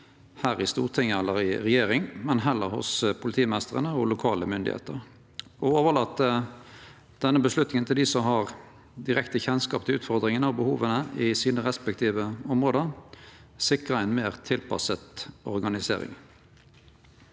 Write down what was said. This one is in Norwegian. her Stortinget eller i regjeringa, men heller hos politimeistrane og lokale myndigheiter. Å overlate denne avgjerda til dei som har direkte kjennskap til utfordringane og behova i sine respektive område, sikrar ei meir tilpassa organisering.